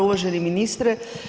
Uvaženi ministre.